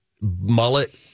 mullet